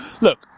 Look